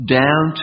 down